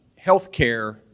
healthcare